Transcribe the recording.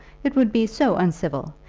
it would be so uncivil,